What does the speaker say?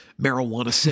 marijuana